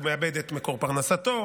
הוא מאבד את מקור פרנסתו,